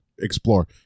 explore